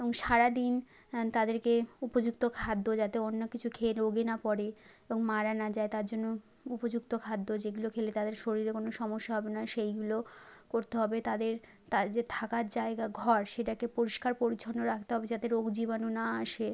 এবং সারা দিন তাদেরকে উপযুক্ত খাদ্য যাতে অন্য কিছু খেয়ে রোগে না পড়ে এবং মারা না যায় তার জন্য উপযুক্ত খাদ্য যেগুলো খেলে তাদের শরীরে কোনো সমস্যা হবে না সেইগুলো করতে হবে তাদের তাদের যে থাকার জায়গা ঘর সেটাকে পরিষ্কার পরিছন্ন রাখতে হবে যাতে রোগ জীবাণু না আসে